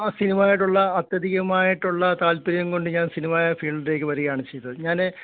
ആ സിനിമായിട്ടുള്ള അത്യതികമായിട്ടുള്ള താൽപ്പര്യം കൊണ്ട് ഞാൻ സിനിമാ ഫീൽഡിലേക്ക് വരുകയാണ് ചെയ്തത് ഞാൻ